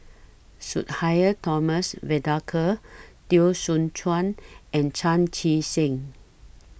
Sudhir Thomas Vadaketh Teo Soon Chuan and Chan Chee Seng